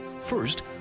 First